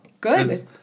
Good